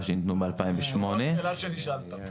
שניתנו להם משנת 2008. זו לא השאלה שנשאלת.